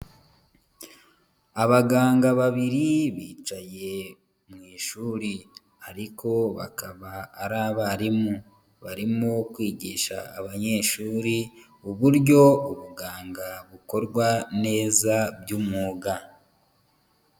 Abaganga babiri bicaye mu ishuri ariko bakaba ari abarimu, barimo kwigisha abanyeshuri uburyo ubuganga bukorwa neza by'umwuga.